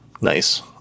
Nice